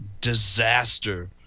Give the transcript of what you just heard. disaster